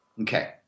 Okay